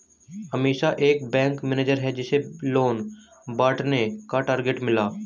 अमीषा एक bank manager है जिसे लोन बांटने का टारगेट मिला